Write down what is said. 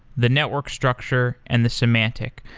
the network structure, and the semantic.